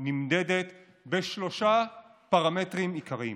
נמדדת בשלושה פרמטרים עיקריים: